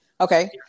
okay